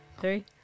three